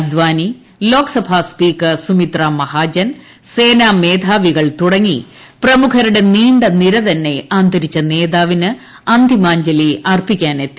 അദ്വാനി ലോക്സഭാസ്പീക്കർ സുമിത്രാമഹാജൻ സേനാമേധാവികൾ തുടങ്ങി പ്രമുഖരുടെ നീണ്ട നിരതന്നെ അന്തരിച്ച നേതാവിന് അന്തിമാജ്ഞലി അർപ്പിക്കാനെത്തി